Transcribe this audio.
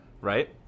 right